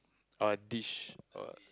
uh dish uh